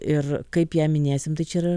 ir kaip ją minėsim tai čia yra